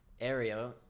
area